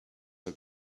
her